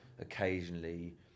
occasionally